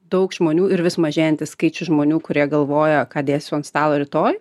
daug žmonių ir vis mažėjantis skaičius žmonių kurie galvoja ką dėsiu ant stalo rytoj